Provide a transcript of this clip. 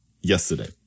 yesterday